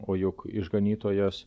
o juk išganytojas